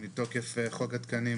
את הצגת את הנושא.